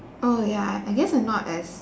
oh ya I I guess I'm not as